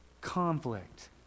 conflict